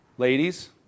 Ladies